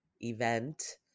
event